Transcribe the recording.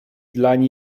dlań